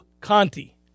Conti